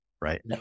right